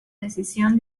decisión